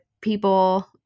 people